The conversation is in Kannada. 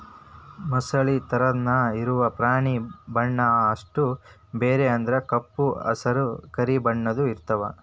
ಮೊಸಳಿ ತರಾನ ಇರು ಪ್ರಾಣಿ ಬಣ್ಣಾ ಅಷ್ಟ ಬ್ಯಾರೆ ಅಂದ್ರ ಕಪ್ಪ ಹಸರ, ಕರಿ ಬಣ್ಣದ್ದು ಇರತಾವ